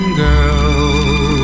girl